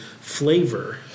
flavor